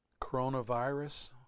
Coronavirus